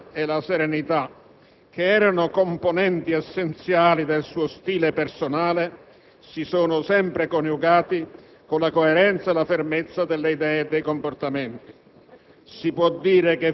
«La pacatezza e la serenità, che erano componenti essenziali del suo stile personale, si sono sempre coniugate con la coerenza e la fermezza delle idee e dei comportamenti».